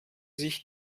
sich